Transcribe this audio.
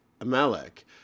Amalek